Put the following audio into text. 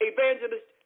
Evangelist